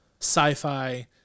sci-fi